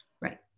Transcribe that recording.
Right